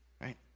Right